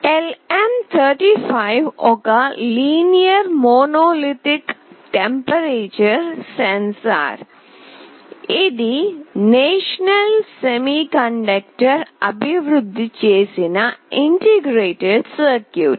LM35 ఒక linear monolithic temperature sensor ఇది national semiconductor అభివృద్ధి చేసిన ఇంటిగ్రేటెడ్ సర్క్యూట్